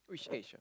which age ah